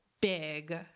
big